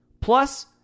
Plus